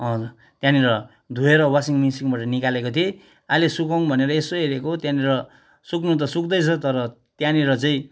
हजुर त्यहाँनिर धोएर वासिङ मिसिनबाट निकालेको थिएँ अहिले सुकाउँ भनेर यसो हेरेको त्यहाँनिर सुक्नु त सुक्दैछ तर त्यहँनिर चाहिँ